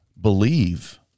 believe